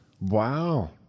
Wow